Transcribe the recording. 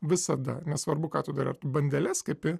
visada nesvarbu ką tu darai ar tu bandeles kepi